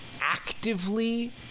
actively